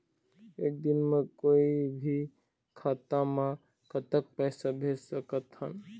एक दिन म कोई भी खाता मा कतक पैसा भेज सकत हन?